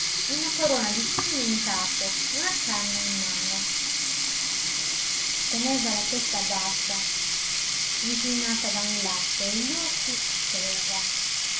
una corona di spine in capo una canna in mano teneva la testa bassa inclinata da un lato e gli occhi a terra